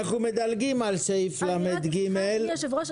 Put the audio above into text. אנחנו מדלגים על סעיף 14לג. אדוני היושב ראש,